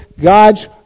God's